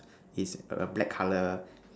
is a black colour